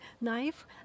knife